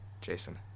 Jason